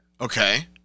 okay